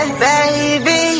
baby